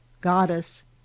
GODDESS